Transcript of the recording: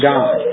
God